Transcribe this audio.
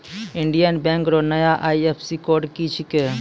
Indian bank रो नया IFSC code की छिकै